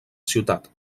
ciutat